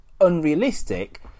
unrealistic